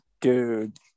dude